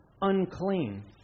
unclean